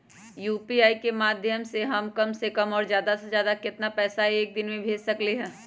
UPI के माध्यम से हम कम से कम और ज्यादा से ज्यादा केतना पैसा एक दिन में भेज सकलियै ह?